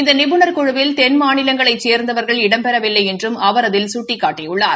இந்த நிபுணர் குழுவில் தென்மாநிலங்களைச் சேர்ந்தவர்கள் இடம்பெறவில்லை என்றும் அவர் அதில் சுட்டிக்காட்டியுள்ளார்